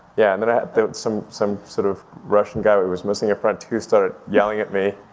yeah, and then i had some some sort of russian guy who was missing a front tooth started yelling at me.